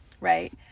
right